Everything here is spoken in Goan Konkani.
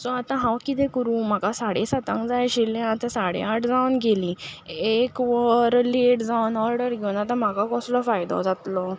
सो आतां हांव कितें करूं म्हाका साडे सातांक जाय आशिल्लें आतां साडे आठ जावन गेलीं एक वर लेट जावन ऑर्डर घेवन आतां म्हाका कसलो फायदो जातलो